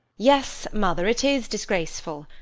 yes, mother, it is disgraceful!